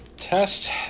Test